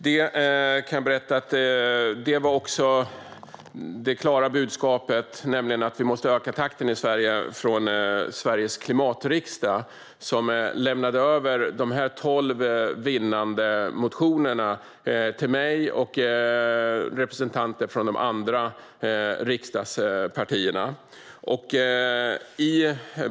Det här var också det klara budskapet, nämligen att vi måste öka takten i Sverige, från Sveriges klimatriksdag som lämnade över de här tolv vinnande motionerna, som jag nu håller i min hand, till mig och representanter för de andra riksdagspartierna.